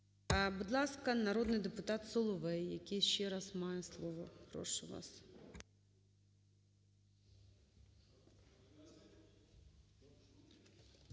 Будь ласка, народний депутат Соловей, який ще раз має слово. Прошу вас.